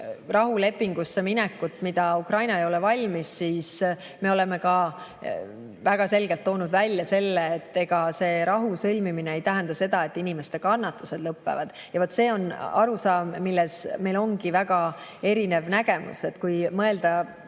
rahulepingusse minekut, milleks Ukraina ei ole valmis, siis me oleme ka väga selgelt toonud välja selle, et ega rahu sõlmimine ei tähenda seda, et inimeste kannatused lõpevad. Ja vaat see on arusaam, milles meil ongi väga erinev nägemus. Kui mõelda